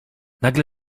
nagle